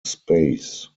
space